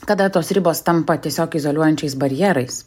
kada tos ribos tampa tiesiog izoliuojančiais barjerais